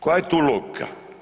Koja je tu logika?